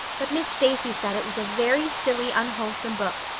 but miss stacy said it was a very silly, unwholesome book,